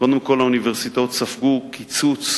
קודם כול, האוניברסיטאות ספגו קיצוץ